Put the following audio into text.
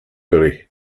early